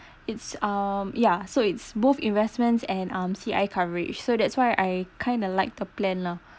it's um yeah so it's both investments and um C_I coverage so that's why I kind of liked the plan lah